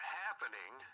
happening